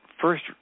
first